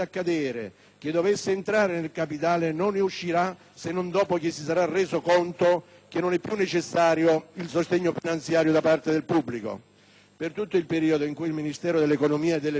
ove dovesse entrare nel capitale, non ne uscirà se non dopo che si sarà reso conto che non è più necessario il sostegno finanziario da parte del pubblico. Pertutto il periodo in cui il Ministero dell'economia e delle finanze